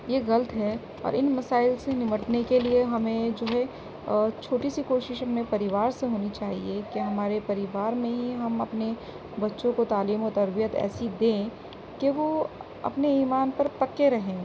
یہ غلط ہے اور ان مسائل سے نمٹنے کے لیے ہمیں جو ہے چھوٹی سی کوشش اپنے پریوار سے ہونی چاہیے کہ ہمارے پریوار میں ہی ہم اپنے بچوں کو تعلیم و تربیت ایسی دیں کہ وہ اپنے ایمان پر پکے رہیں